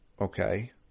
Okay